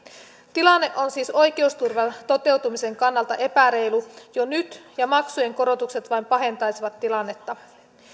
tilanne on siis oikeusturvan toteutumisen kannalta epäreilu jo nyt ja maksujen korotukset vain pahentaisivat tilannetta